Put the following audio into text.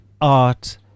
art